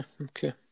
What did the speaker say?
Okay